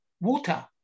water